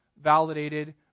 validated